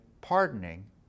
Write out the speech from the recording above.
pardoning